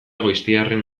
goiztiarren